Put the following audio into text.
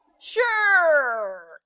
Sure